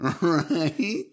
Right